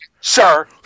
sir